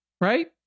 right